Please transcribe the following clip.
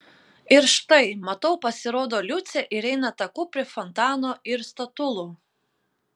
ir štai matau pasirodo liucė ir eina taku prie fontano ir statulų